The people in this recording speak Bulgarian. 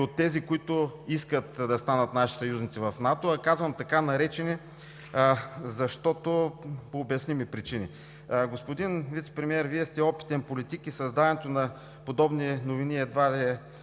от тези, които искат да станат наши съюзници в НАТО. Казвам „така наречени“ по обясними причини. Господин Вицепремиер, Вие сте опитен политик и създаването на подобни новини едва ли е